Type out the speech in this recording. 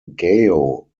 gao